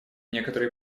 некоторые